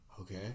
okay